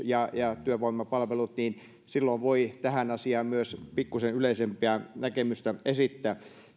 ja ja työvoimapalvelut niin silloin voi tähän asiaan myös pikkuisen yleisempää näkemystä esittää